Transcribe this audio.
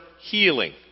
healing